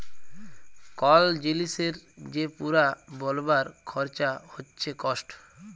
call জিলিসের যে পুরা বলবার খরচা হচ্যে কস্ট